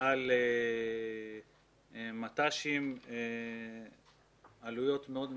על מט"שים עלויות מאוד משמעותיות.